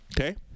okay